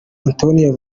antonio